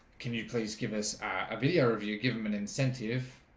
can you please give us a video of you give them an incentive?